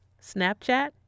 Snapchat